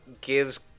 gives